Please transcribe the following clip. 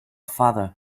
father